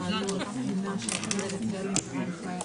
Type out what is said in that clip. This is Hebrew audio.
11:13.